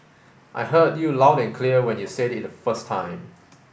I heard you loud and clear when you said it the first time